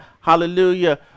hallelujah